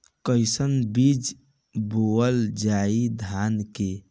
कईसन बीज बोअल जाई धान के?